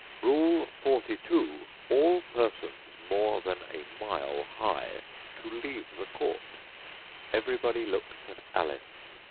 rule forty-two. all persons more than a mile high to leave the court everybody looked at alice.